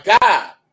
God